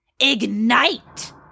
ignite